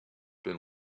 been